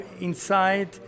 inside